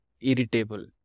irritable